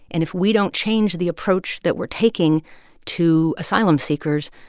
and if we don't change the approach that we're taking to asylum seekers,